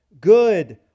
good